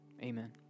amen